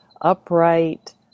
upright